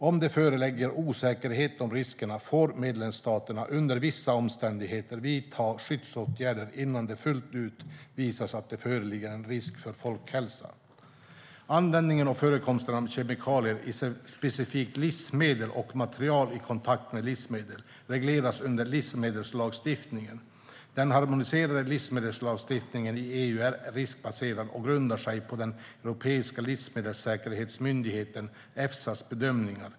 Om det föreligger osäkerhet om riskerna får medlemsstaterna, under vissa omständigheter, vidta skyddsåtgärder innan det fullt ut visas att det föreligger en risk för folkhälsan. Användning och förekomst av kemikalier i specifikt livsmedel och material i kontakt med livsmedel regleras under livsmedelslagstiftningen. Den harmoniserade livsmedelslagstiftningen i EU är riskbaserad och grundar sig på Europeiska livsmedelssäkerhetsmyndighetens bedömningar.